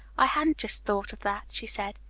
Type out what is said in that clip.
i hadn't just thought of that, she said.